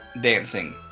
dancing